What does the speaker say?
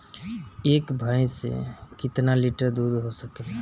एक भइस से कितना लिटर दूध हो सकेला?